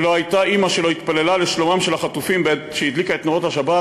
שלא הייתה אימא שלא התפללה לשלומם של החטופים בעת שהדליקה את נרות השבת,